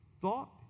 thought